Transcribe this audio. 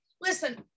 Listen